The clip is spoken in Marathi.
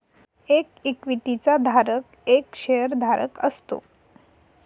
एक इक्विटी चा धारक एक शेअर धारक असतो